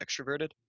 extroverted